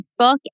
Facebook